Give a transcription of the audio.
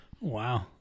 Wow